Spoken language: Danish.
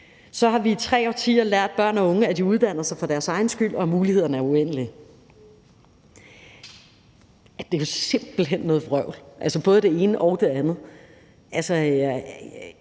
Så har vi i tre årtier lært børn og unge, at de uddanner sig for deres egen skyld, og at mulighederne er uendelige. Det er jo simpelt hen noget vrøvl, altså både det ene og det andet. Hvorfor